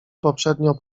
poprzednio